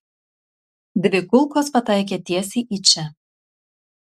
dvi kulkos pataikė tiesiai į čia